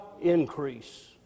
increase